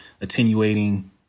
attenuating